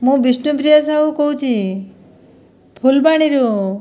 ମୁଁ ବିଷ୍ଣୁପ୍ରିୟା ସାହୁ କହୁଛି ଫୁଲବାଣୀରୁ